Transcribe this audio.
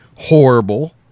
Horrible